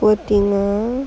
poor thing lor